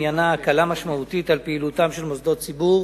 עניינה הקלה משמעותית על מוסדות ציבור